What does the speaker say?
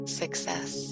success